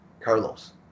Carlos